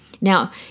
Now